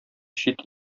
чит